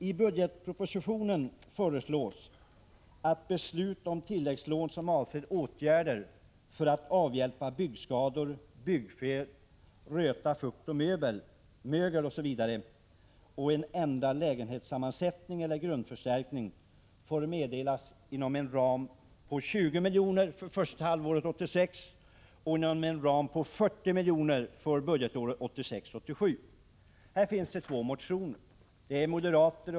I budgetpropositionen föreslås att beslut om tilläggslån som avser åtgärder för att avhjälpa byggskador, byggfel, röta, fukt, mögel osv., ändra lägenhetssammansättning eller grundförstärka får meddelas inom en ram på 20 milj.kr. för första halvåret 1986 och inom en ram på 40 milj.kr. för budgetåret 1986/87. Här finns två motioner.